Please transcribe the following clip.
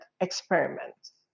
experiments